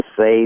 say